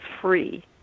free